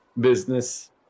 business